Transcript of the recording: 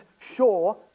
sure